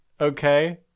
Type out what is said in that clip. okay